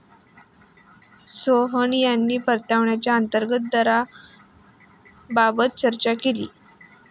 सोहन यांनी परताव्याच्या अंतर्गत दराबाबत चर्चा केली